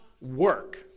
work